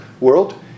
world